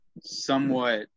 somewhat